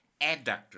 adductor